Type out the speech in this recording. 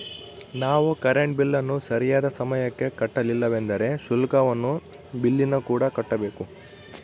ನಾವು ಕರೆಂಟ್ ಬಿಲ್ಲನ್ನು ಸರಿಯಾದ ಸಮಯಕ್ಕೆ ಕಟ್ಟಲಿಲ್ಲವೆಂದರೆ ಶುಲ್ಕವನ್ನು ಬಿಲ್ಲಿನಕೂಡ ಕಟ್ಟಬೇಕು